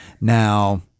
Now